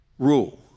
rule